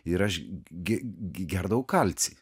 ir aš ge gerdavau kalcį